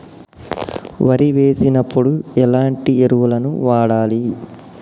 వరి వేసినప్పుడు ఎలాంటి ఎరువులను వాడాలి?